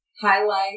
highlight